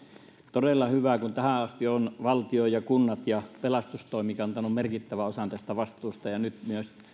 todella hyvä kun tähän asti ovat valtio kunnat ja pelastustoimi kantaneet merkittävän osan tästä vastuusta ja nyt